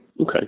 Okay